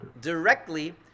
directly